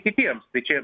kitiems tai čia